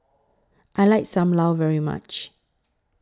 I like SAM Lau very much